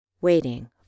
waiting